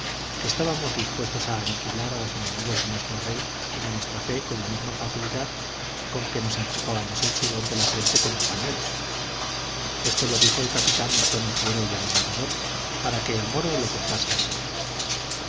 que estábamos dispuestos a aniquilar a los enemigos de nuestro rey y de nuestra fe con la misma facilidad con que nos enjugábamos el sudor de la frente con un pañuelo esto lo dijo el capitán en tono fiero y amenazador para que el moro lo contase al rey